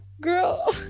girl